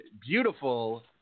beautiful